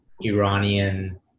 Iranian